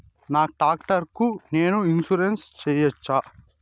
నా టాక్టర్ కు నేను ఇన్సూరెన్సు సేయొచ్చా?